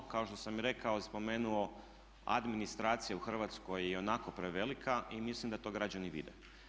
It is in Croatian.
Kao što sam i rekao i spomenuo administracija u Hrvatskoj je ionako prevelika i mislim da to građani vide.